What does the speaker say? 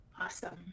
Awesome